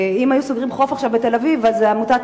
אם היו סוגרים עכשיו חוף בתל-אביב, עמותת